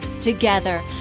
together